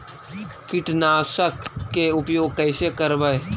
कीटनाशक के उपयोग कैसे करबइ?